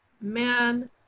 man